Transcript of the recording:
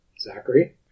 Zachary